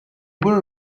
muri